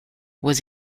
was